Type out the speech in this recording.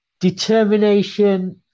determination